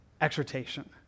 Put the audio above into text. exhortation